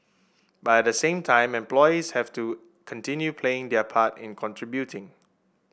but at the same time employees have to continue playing their part in contributing